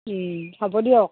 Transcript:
হ'ব দিয়ক